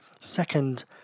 second